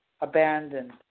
abandoned